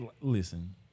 listen